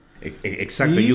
Exacto